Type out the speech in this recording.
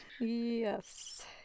Yes